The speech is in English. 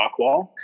Rockwall